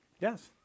Yes